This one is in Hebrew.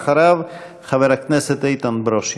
אחריו, חבר הכנסת איתן ברושי.